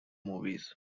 movies